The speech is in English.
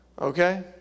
Okay